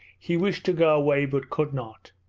he wished to go away but could not.